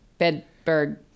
Bedburg